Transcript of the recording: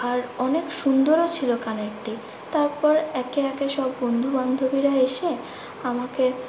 আর অনেক সুন্দরও ছিলো কানেরটি তারপর একে একে সব বন্ধু বান্ধবীরা এসে আমাকে